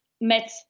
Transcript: met